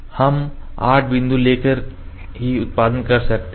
हम 8 बिंदु लेकर ही उत्पादन कर सकते हैं